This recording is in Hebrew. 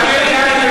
עשרות, מאות, אלפי.